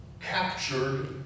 captured